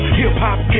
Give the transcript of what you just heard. hip-hop